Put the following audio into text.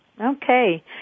Okay